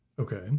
Okay